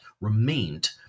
remained